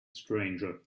stranger